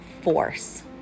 force